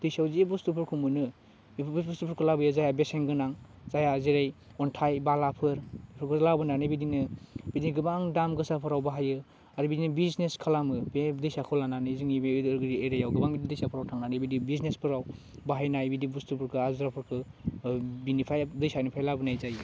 दैसायाव जे बस्थुफोरखौ मोनो बेफोर बस्थुफोरखौ लाबोयो जायहा बेसेन गोनां जायहा जेरै अन्थाइ बालाफोर बेफोरखौ लाबोनानै बिदिनो बिदिनो गोबां दाम गोसाफोराव बाहायो आरो बिदिनो बिजनेस खालामो बे दैसाखौ लानानै जोंनि बे उदालगुरि एरियायाव गोबां दैसाफोरव थांनानै बिदि बिजनेसफोराव बाहायनाय बिदि बस्थुफोरखौ आगजुफोरखौ बिनिफ्राय दैसानिफाय लाबोनाय जायो